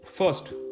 First